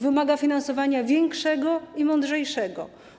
Wymaga finansowania większego i mądrzejszego.